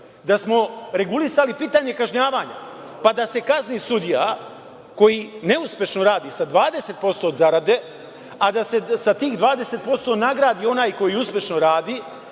Da smo regulisali pitanje kažnjavanja, pa da se kazni sudija koji neuspešno radi sa 20% od zarade, a da se sa tih 20% nagradi onaj koji uspešno radi,